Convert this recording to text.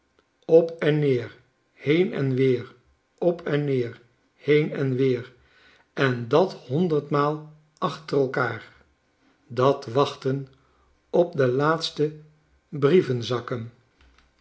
op en neer heen en weer op en neer heen en weer en dat honderdmaal achter elkaar dat wachten op de laatste